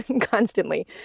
constantly